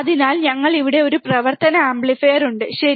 അതിനാൽ ഞങ്ങൾക്ക് ഇവിടെ ഒരു പ്രവർത്തന ആംപ്ലിഫയർ ഉണ്ട് ശരി